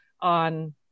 on